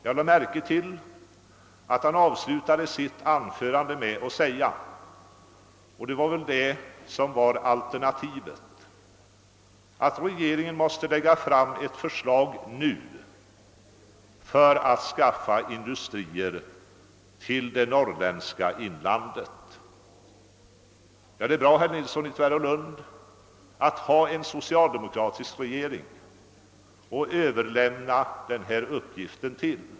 Jag lade märke till att han avslutade sitt anförande med att säga — och det var väl alternativet — att regeringen måste lägga fram ett förslag för att skaffa industrier till det norrländska inlandet. Det är bra, herr Nilsson i Tvärålund, att ha en socialdemokratisk regering att överlämna denna svåra uppgift till.